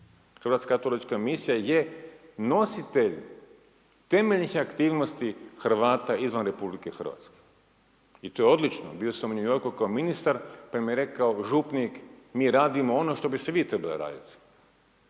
Hrvatska katolička misija je nositelj temeljni aktivnosti Hrvata izvan Republike Hrvatske. I to je odlično. Bio sam u New Yorku kao ministar pa mi je rekao župnik, mi radimo ono što bi ste vi trebali raditi.